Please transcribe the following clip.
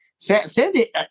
Sandy